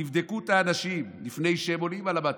תבדקו את האנשים לפני שהם עולים למטוס,